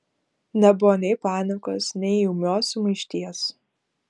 nebuvo nei panikos nei ūmios sumaišties